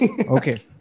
Okay